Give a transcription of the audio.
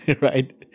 right